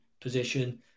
position